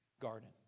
garden